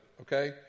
okay